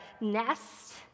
nest